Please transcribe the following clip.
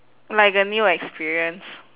like a new experience